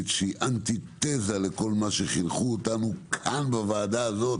שהיא אנטי תזה לכל מה שחינכו כאן בוועדה הזאת